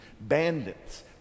bandits